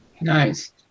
Nice